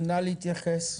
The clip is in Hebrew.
נא להתייחס.